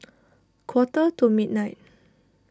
quarter to midnight